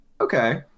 okay